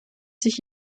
sich